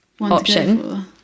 option